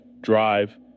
drive